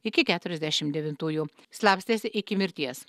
iki keturiasdešim devintųjų slapstėsi iki mirties